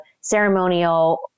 ceremonial